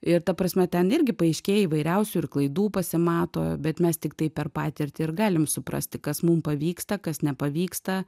ir ta prasme ten irgi paaiškėja įvairiausių ir klaidų pasimato bet mes tiktai per patirtį ir galim suprasti kas mum pavyksta kas nepavyksta